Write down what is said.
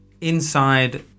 inside